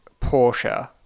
Porsche